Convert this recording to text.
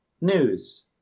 news